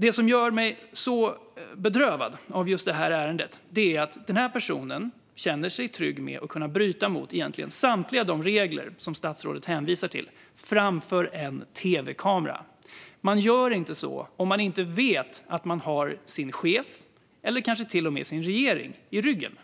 Det som gör mig så bedrövad i just det här ärendet är att den här personen inför en tv-kamera känner sig trygg med att kunna bryta mot i princip samtliga de regler som statsrådet hänvisar till. Man gör inte så om man inte vet att man har sin chef eller kanske till och med sin regering i ryggen.